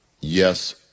yes